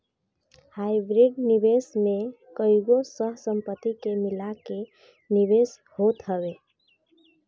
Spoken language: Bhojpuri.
हाइब्रिड निवेश में कईगो सह संपत्ति के मिला के निवेश होत हवे